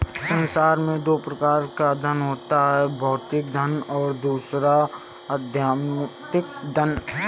संसार में दो प्रकार का धन होता है भौतिक धन और दूसरा आध्यात्मिक धन